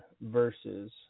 verses